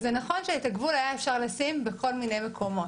זה נכון שאת הגבול אפשר היה לשים בכל מיני מקומות.